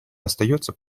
остается